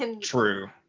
True